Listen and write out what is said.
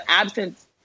absence